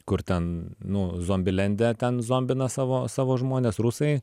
kur ten nu zombilende ten zombina savo savo žmones rusai